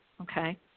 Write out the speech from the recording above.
Okay